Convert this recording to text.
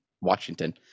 Washington